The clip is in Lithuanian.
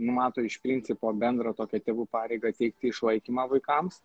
numato iš principo bendrą tokią tėvų pareigą teikti išlaikymą vaikams